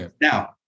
Now